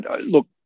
look